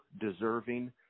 deserving